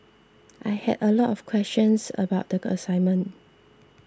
I had a lot of questions about the assignment